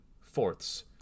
fourths